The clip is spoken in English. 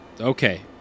Okay